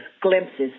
glimpses